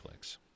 Netflix